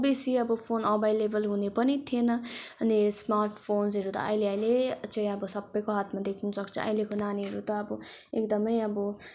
बेसी अब phone available हुने पनि थिएन अनि स्मार्ट फोन्सहरू त अहिले अहिले चाहिँ अब सबैको हातमा देख्नसक्छ अहिले नानीहरू त अब एकदमै अब